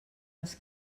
les